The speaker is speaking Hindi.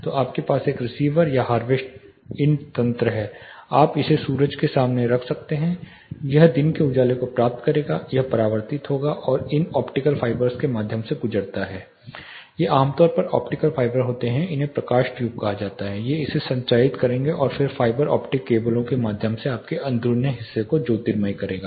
तो आपके पास एक रिसीवर या हार्वेस्ट इन तंत्र है आप इसे सूरज के सामने रख सकते हैं यह दिन के उजाले को प्राप्त करेगा यह परावर्तित होगा और इन ऑप्टिकल फाइबर के माध्यम से गुजरता है ये आम तौर पर ऑप्टिकल फाइबर होते हैं जिन्हें प्रकाश ट्यूब कहा जाता है ये इसे संचारित करेंगे और फिर फाइबर ऑप्टिक केबलों के माध्यम से यह आपके अंदरूनी हिस्से को ज्योतिर्मयी करेगा